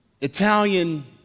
Italian